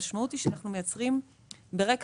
עושים לגבי העסקים הגדולים יותר המשמעות היא שברקע